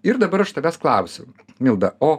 ir dabar aš tavęs klausiu milda o